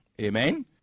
amen